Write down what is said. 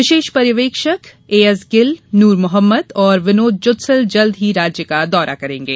विशेष पर्यवेक्षक एएस गिल नूर मोहम्मद और विनोद जुत्सील जल्द ही राज्य का दौरा करेंगे